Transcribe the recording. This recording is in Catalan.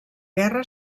guerra